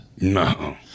No